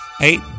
eight